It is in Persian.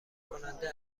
کننده